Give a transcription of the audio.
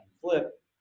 flip